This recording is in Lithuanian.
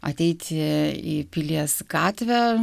ateit į pilies gatvę